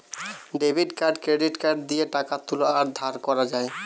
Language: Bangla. ডেবিট কার্ড ক্রেডিট কার্ড দিয়ে টাকা তুলা আর ধার করা যায়